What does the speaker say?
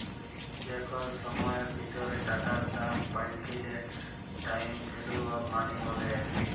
যে কল সময়ের ভিতরে টাকার দাম পাল্টাইলে টাইম ভ্যালু অফ মনি ব্যলে